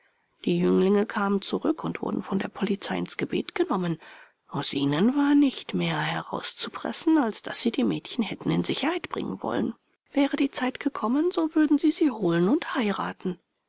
die jünglinge kamen zurück und wurden von der polizei ins gebet genommen aus ihnen war nicht mehr herauszupressen als daß sie die mädchen hätten in sicherheit bringen wollen wäre die zeit gekommen so würden sie sie holen und heiraten